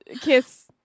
kiss